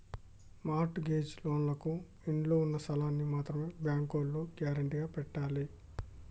mart gauge లోన్లకు ఇళ్ళు ఉన్న స్థలాల్ని మాత్రమే బ్యేంకులో గ్యేరంటీగా పెట్టాలే